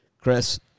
Chris